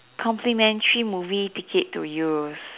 complimentary movie ticket to use